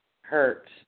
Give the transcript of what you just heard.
hurt